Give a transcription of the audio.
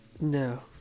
No